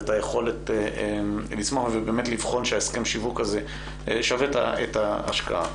ואת היכולת לבחון שהסכם השיווק הזה שווה את ההשקעה.